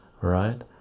Right